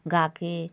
गा कर